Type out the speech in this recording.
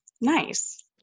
Nice